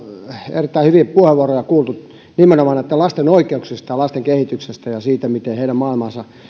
erittäin hyviä puheenvuoroja kuultu nimenomaan lasten oikeuksista ja lasten kehityksestä ja siitä miten heidän maailmaansa